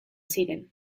ziren